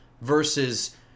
versus